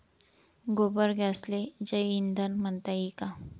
गोबर गॅसले जैवईंधन म्हनता ई का?